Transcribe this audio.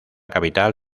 capital